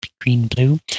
green-blue